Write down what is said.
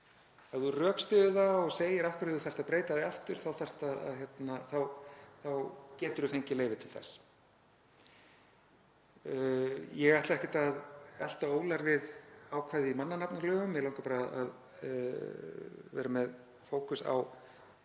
Ef þú rökstyður það og segir af hverju þú þarft að breyta því aftur geturðu fengið leyfi til þess. Ég ætla ekkert að elta ólar við ákvæði í mannanafnalögum. Mig langar bara að vera með fókus á lög um